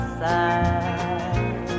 side